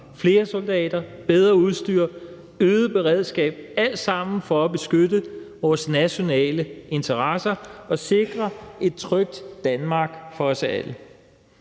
flere soldater, bedre udstyr, øget beredskab. Det er alt sammen for at beskytte vores nationale interesser og sikre et trygt Danmark for os alle.